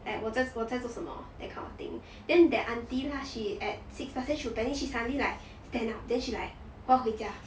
eh 我在我在做什么 that kind of thing then that aunty lah she at six plus then she will panic she suddenly like stand up then she like 我要回家